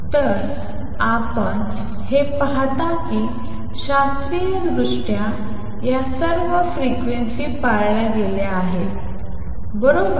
तर आपण हे पाहता की शास्त्रीयदृष्ट्या या सर्व फ्रिक्वेन्सी पाळल्या गेल्या आहेत बरोबर